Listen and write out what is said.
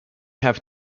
have